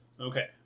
Okay